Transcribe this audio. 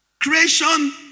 Creation